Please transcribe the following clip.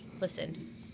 listen